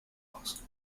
aus